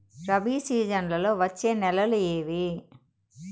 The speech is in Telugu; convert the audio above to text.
రబి సీజన్లలో వచ్చే నెలలు ఏవి?